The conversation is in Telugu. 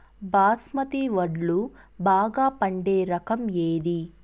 బాస్మతి వడ్లు బాగా పండే రకం ఏది